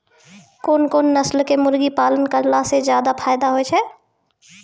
कोन कोन नस्ल के मुर्गी पालन करला से ज्यादा फायदा होय छै?